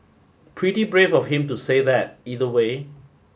pretty brave of him to say that either way